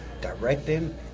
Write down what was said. directing